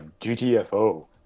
GTFO